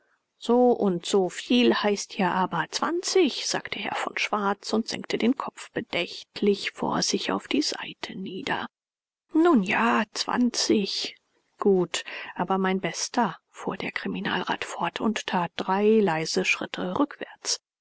so und so viel heißt hier aber zwanzig sagte herr von schwarz und senkte den kopf bedächtlich vor sich auf die seite nieder nun ja zwanzig gut aber mein bester fuhr der kriminalrat fort und tat drei leise schritte rückwärts